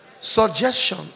Suggestion